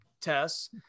tests